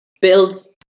builds